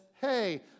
Hey